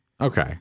Okay